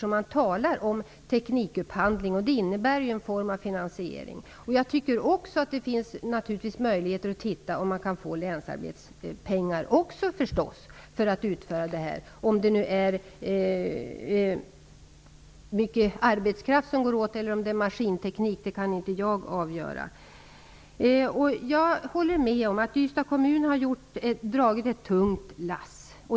Man talar om teknikupphandling, och det innebär en form av finansiering. Det är förstås också möjligt att undersöka om man kan få pengar från Länsarbetsnämnden. Jag kan dock inte avgöra hur mycket arbetskraft som kommer att gå åt eller om det främst kommer att behövas maskinteknik. Jag håller med om att Ystads kommun har dragit ett tungt lass.